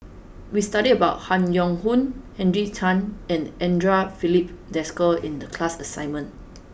we studied about Han Yong Hong Henry Tan and Andre Filipe Desker in the class assignment